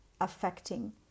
affecting